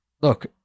look